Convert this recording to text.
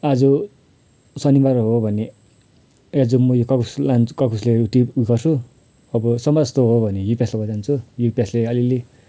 आज शनिबार हो भने आज मैले कड्कुस लान्छु कड्कुसले त्यो गर्छु अब सोमबार जस्तो हो भनेर हिपेसो लान्छु हिपासले अलिअलि